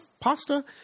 pasta